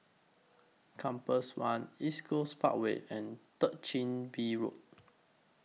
Compass one East Coast Parkway and Third Chin Bee Road